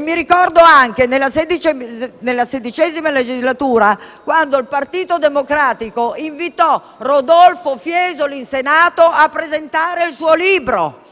Mi ricordo anche quando, nella XVI legislatura, il Partito Democratico invitò Rodolfo Fiesoli in Senato a presentare il suo libro.